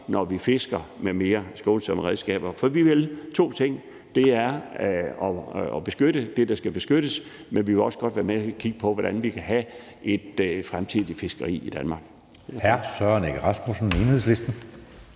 når vi fisker med mere skånsomme redskaber. For vi vil to ting, og det er at beskytte det, der skal beskyttes, men vi vil også gerne være med til at kigge på, hvordan vi fremover kan have et fiskeri i Danmark.